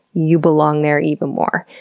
you belong there even more,